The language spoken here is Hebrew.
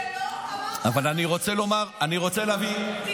שלא אמר, אבל אני רוצה להבין, שנייה.